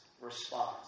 response